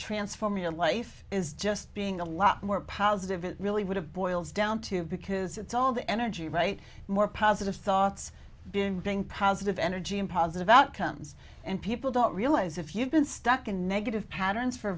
transform your life is just being a lot more positive it really would have boils down to because it's all the energy right more positive thoughts being being positive energy and positive outcomes and people don't realize if you've been stuck in negative patterns for